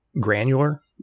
granular